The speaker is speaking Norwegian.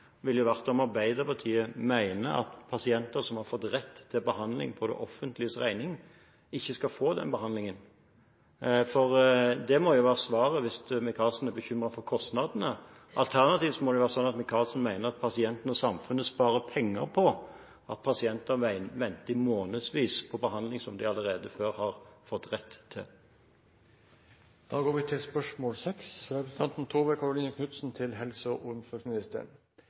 ville jo vært om Arbeiderpartiet mener at pasienter som har fått rett til behandling på det offentliges regning, ikke skal få den behandlingen. For det må jo være svaret hvis Micaelsen er bekymret for kostnadene. Alternativt må det være sånn at Micaelsen mener at pasientene og samfunnet sparer penger på at pasienter venter i månedsvis på behandling som de allerede før har fått rett til. Spørsmålet om fritt behandlingsvalg er veldig interessant og har mange løse tråder, så også jeg vil stille et spørsmål knyttet til